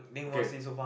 okay